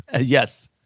yes